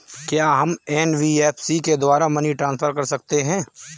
क्या हम एन.बी.एफ.सी के द्वारा मनी ट्रांसफर कर सकते हैं?